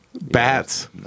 Bats